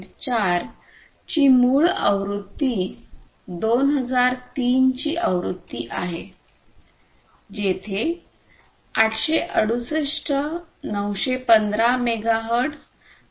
4 ची मूळ आवृत्ती 2003 ची आवृत्ती आहे जेथे 868 915 मेगाहर्ट्ज आणि 2